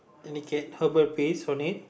indicate herbal piece on it